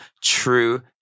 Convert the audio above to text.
true